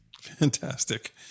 fantastic